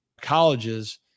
colleges